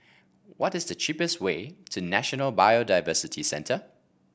what is the cheapest way to National Biodiversity Centre